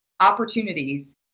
opportunities